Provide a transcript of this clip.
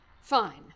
Fine